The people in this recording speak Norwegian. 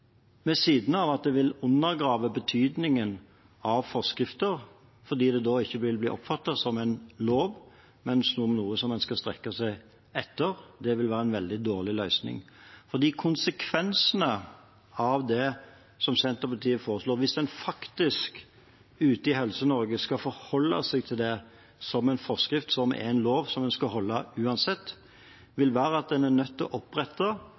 en lov, men som noe en skal strekke seg etter. Det vil være en veldig dårlig løsning. Konsekvensene av det Senterpartiet foreslår – hvis en faktisk ute i Helse-Norge skal forholde seg til det som en forskrift, som en lov, som en skal holde uansett – vil være at en er nødt til å opprette